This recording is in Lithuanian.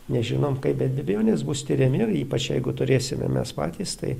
nežinom kaip bet be abejonės bus tiriami ypač jeigu turėsime mes patys tai